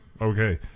Okay